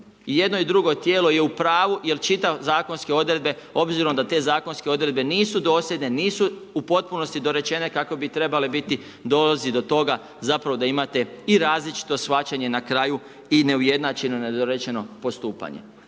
jedno i drugo tijelo je u pravu jer čitam zakonske odredbe, obzirom da te zakonske odredbe nisu dosljedne, nisu u potpunosti dorečene kako bi trebale biti dolazi do toga zapravo da imate i različito shvaćanje na kraju i neujednačeno, nedorečeno postupanje.